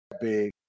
big